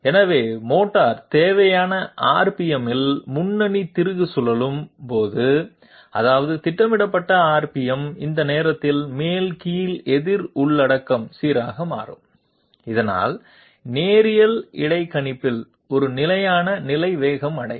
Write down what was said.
எனவே மோட்டார் தேவையான RPM இல் முன்னணி திருகு சுழலும் போது அதாவது திட்டமிடப்பட்ட RPM அந்த நேரத்தில் மேல் கீழ் எதிர் உள்ளடக்கம் சீராக மாறும் இதனால் நேரியல் இடைக்கணிப்பில் ஒரு நிலையான நிலை வேகம் அடையும்